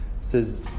says